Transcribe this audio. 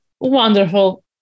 wonderful